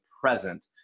present